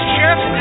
Chef